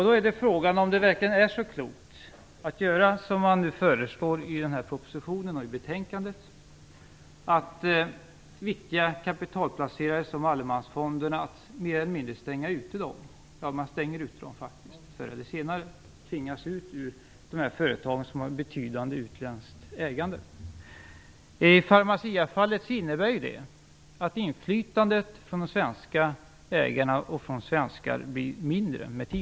Då är frågan om det verkligen är så klokt att göra som föreslås i propositionen och betänkandet, att mer eller mindre stänga ute viktiga kapitalplacerare som allemansfonderna - ja, förr eller senare utestänger man dem faktiskt, de tvingas ut ur företag med betydande utländskt ägande. I Pharmaciafallet innebär det att inflytandet från de svenska ägarna med tiden blir mindre.